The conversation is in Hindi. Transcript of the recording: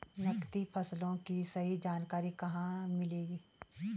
नकदी फसलों की सही जानकारी कहाँ मिलेगी?